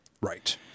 Right